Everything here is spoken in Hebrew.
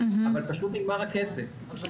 אבל פשוט נגמר הכסף.